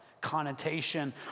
connotation